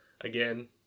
Again